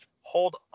hold